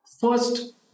first